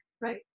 Right